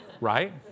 Right